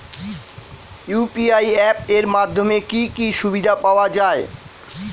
UPI app এর মাধ্যমে কি কি সুবিধা পাওয়া যায়?